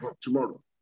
tomorrow